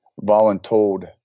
voluntold